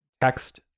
text